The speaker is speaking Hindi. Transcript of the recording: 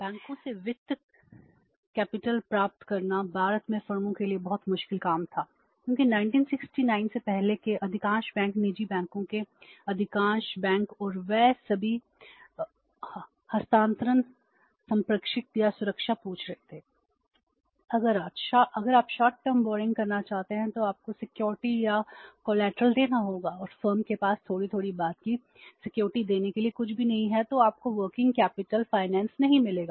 बैंकों से वर्किंग कैपिटल नहीं मिलेगा